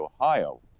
Ohio